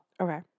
Okay